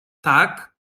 tak